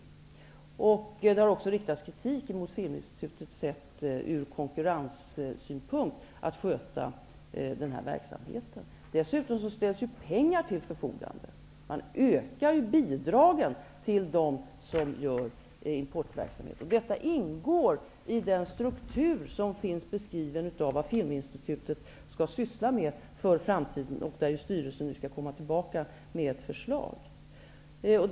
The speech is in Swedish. Det har också ur konkurrenssynpunkt riktats kritik mot Filminstitutets sätt att sköta verksamheten. Dessutom ställs ju pengar till förfogande. Man ökar bidragen till dem som bedriver importverksamhet. Detta ingår i den struktur som finns i beskrivningen av vad Filminstitutet skall syssla med för framtiden och som styrelsen nu skall komma tillbaka med förslag om.